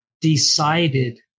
decided